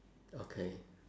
okay